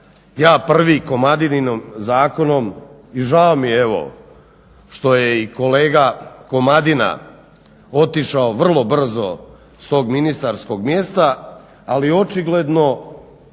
ja prvi Komadininim zakonom i žao mi je evo što je i kolega Komadina otišao vrlo brzo s tog ministarskog mjesta. Ali očigledno